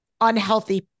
unhealthy